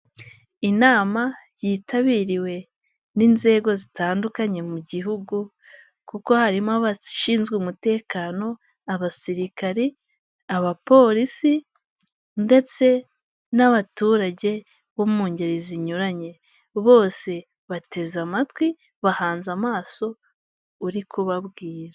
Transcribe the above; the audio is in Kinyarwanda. Inama yitabiriwe n'inzego zitandukanye mu gihugu kuko harimo abashinzwe umutekano, abasirikari, abapolisi ndetse n'abaturage bo mu ngeri zinyuranye, bose bateze amatwi, bahanze amaso, uri kubabwira.